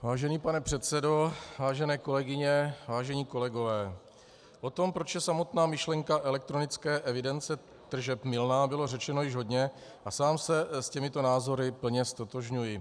Vážený pane předsedo, vážené kolegyně, vážení kolegové, o tom proč je samotná myšlenka elektronické evidence tržeb mylná, bylo řečeno již hodně a sám se s těmito názory plně ztotožňuji.